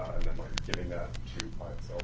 and then, like, giving that to pi itself?